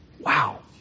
Wow